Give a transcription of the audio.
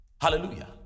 Hallelujah